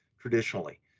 traditionally